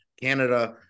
Canada